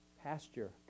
Pasture